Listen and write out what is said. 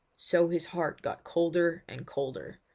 so his heart got colder and colder,